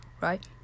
right